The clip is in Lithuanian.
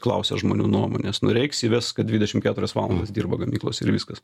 klausia žmonių nuomonės nu reiks įves dvidešim keturias valandas dirba gamyklos ir viskas